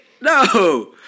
No